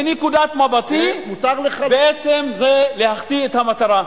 מנקודת מבטי זה בעצם להחטיא את המטרה,